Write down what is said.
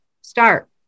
start